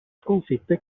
sconfitte